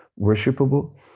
worshipable